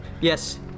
Yes